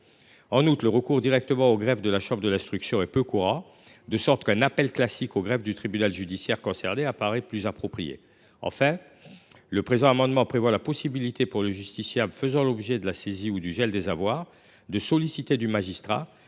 En outre, le recours direct au greffe de la chambre de l’instruction est peu courant, de sorte qu’un appel classique au greffe du tribunal judiciaire concerné apparaît plus approprié. Enfin, l’amendement a pour objet la possibilité pour le justiciable faisant l’objet de la saisie ou du gel des avoirs de solliciter du magistrat